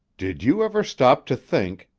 did you ever stop to think,